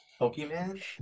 pokemon